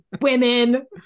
Women